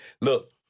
Look